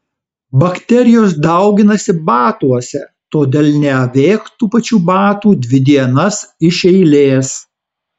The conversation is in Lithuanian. bakterijos dauginasi batuose todėl neavėk tų pačių batų dvi dienas iš eilės